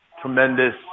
tremendous